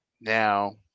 now